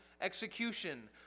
execution